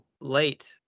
late